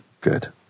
Good